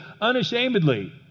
unashamedly